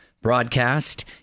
broadcast